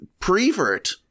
prevert